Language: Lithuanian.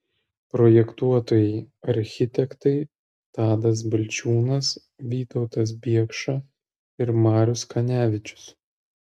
projektuotojai architektai tadas balčiūnas vytautas biekša ir marius kanevičius